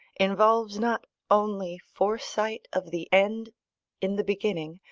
involves not only foresight of the end in the beginning,